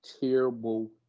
Terrible